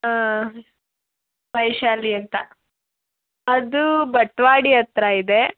ಹಾಂ ವೈಶಾಲಿ ಅಂತ ಅದು ಬಟವಾಡಿ ಹತ್ರ ಇದೆ